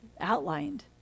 outlined